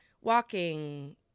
walking